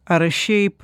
ar šiaip